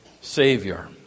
Savior